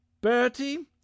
Bertie